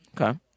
Okay